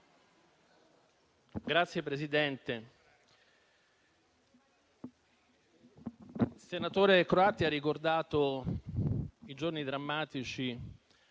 Signora Presidente, il senatore Croatti ha ricordato i giorni drammatici